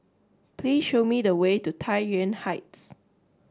please show me the way to Tai Yuan Heights